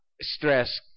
stress